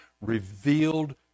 revealed